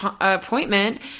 appointment